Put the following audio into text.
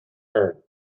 errand